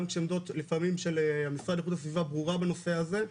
גם כשהעמדות לפעמים של המשרד לאיכות הסביבה ברורה בנושא הזה.